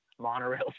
monorail